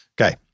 Okay